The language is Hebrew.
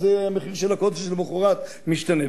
אז המחיר של ה"קוטג'" למחרת משתנה.